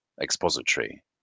expository